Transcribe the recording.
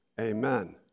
Amen